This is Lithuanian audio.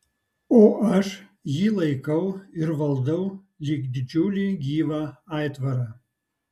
o aš jį laikau ir valdau lyg didžiulį gyvą aitvarą